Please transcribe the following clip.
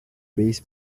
bass